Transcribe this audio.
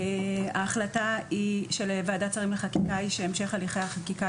ההחלטה של ועדת שרים לחקיקה היא שהמשך הליכי החקיקה